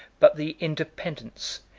but the independence,